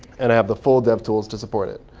and i have the full devtools to support it.